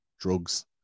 drugs